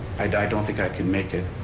i don't think i can make it.